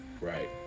Right